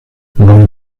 nun